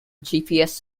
gps